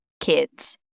kids